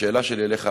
השאלה שלי אליך,